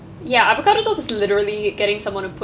ya avocado toast is literally getting someone to put